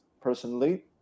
personally